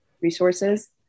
resources